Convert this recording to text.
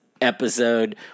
episode